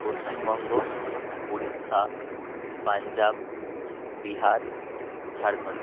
Paschimbanga Orissa Punjab Bihar Jharkhand